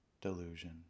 delusion